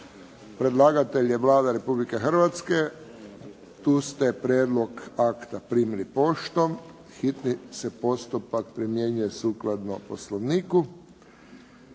Predlagatelj je Vlada Republike Hrvatske. Tu ste prijedlog akta primili poštom. Hitni se postupak primjenjuje sukladno Poslovniku,